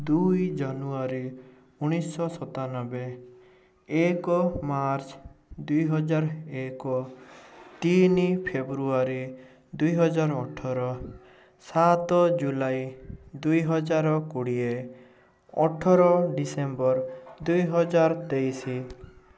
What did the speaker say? ଦୁଇ ଜାନୁଆରୀ ଉଣେଇଶହ ସତାନବେ ଏକ ମାର୍ଚ୍ଚ ଦୁଇହଜାର ଏକ ତିନି ଫେବୃଆରୀ ଦୁଇହଜାର ଅଠର ସାତ ଜୁଲାଇ ଦୁଇହଜାର କୋଡ଼ିଏ ଅଠର ଡିସେମ୍ବର ଦୁଇହଜାର ତେଇଶ